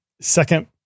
second